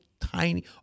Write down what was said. tiny